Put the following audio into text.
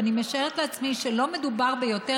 ואני משערת לעצמי שלא מדובר ביותר